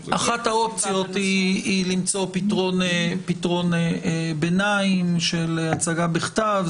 אחת האופציות היא למצוא פתרון ביניים של הצגה בכתב.